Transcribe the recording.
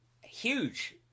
huge